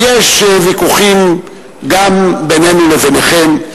ויש ויכוחים גם בינינו לביניכם,